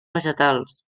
vegetals